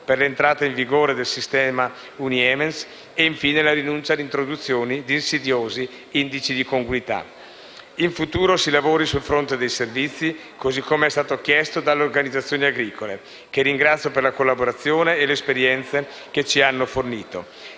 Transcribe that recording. dell'entrata in vigore del sistema Uniemens e, infine, per la rinuncia all'introduzione di insidiosi indici di congruità. In futuro si lavori sul fronte dei servizi, così come è stato chiesto dalle organizzazioni agricole, che ringrazio per la collaborazione e l'esperienza che ci hanno fornito.